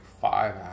five